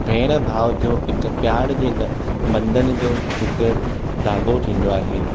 भेण भाउ जो हिकु प्यार जे हिन बं॒धनु जो हिकु धाॻो थींदो आहे